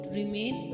remain